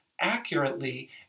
accurately